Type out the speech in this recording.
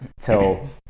till